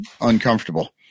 uncomfortable